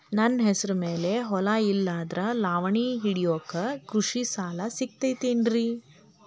ನನ್ನ ಹೆಸರು ಮ್ಯಾಲೆ ಹೊಲಾ ಇಲ್ಲ ಆದ್ರ ಲಾವಣಿ ಹಿಡಿಯಾಕ್ ಕೃಷಿ ಸಾಲಾ ಸಿಗತೈತಿ ಏನ್ರಿ?